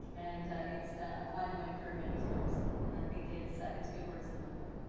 and, ah, it's, ah, applied in my career many times. and i think it's, ah, it's good words to live by.